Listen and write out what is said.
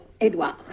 Edouard